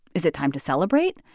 is it time to celebrate,